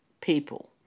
people